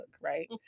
right